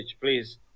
please